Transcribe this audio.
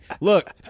Look